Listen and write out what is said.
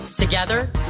Together